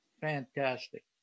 fantastic